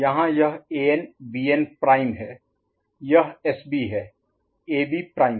यहाँ यह An Bn prime है यह SB है A B प्राइम